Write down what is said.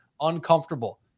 uncomfortable